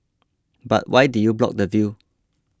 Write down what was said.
but why did you block the view